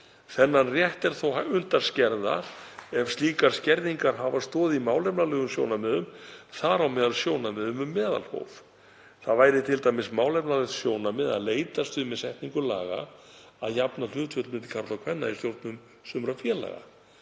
Þennan rétt er þó unnt að skerða ef slíkar skerðingar hafa stoð í málefnalegum sjónarmiðum, þar á meðal sjónarmiðum um meðalhóf. Það væri t.d. málefnalegt sjónarmið að leitast við með setningu laga að jafna hlutföll milli karla og kvenna í stjórnum sumra félaga.